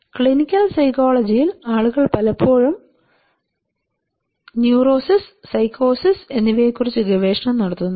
clinical സൈക്കോളജിയിൽ ആളുകൾ പലപ്പോഴും ന്യൂറോസിസ് സൈക്കോസിസ് എന്നിവയെക്കുറിച്ച് ഗവേഷണം നടത്തുന്നു